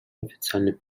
официально